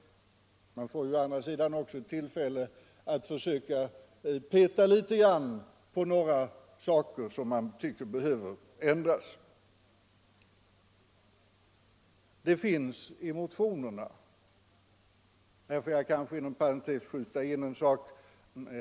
Men man får å andra sidan också tillfälle att försöka peta litet grand på några saker som man tycker behöver ändras. Här får jag kanske inom parentes skjuta in en sak.